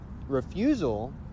refusal